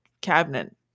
cabinet